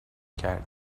کرد